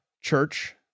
church